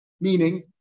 meaning